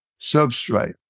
substrate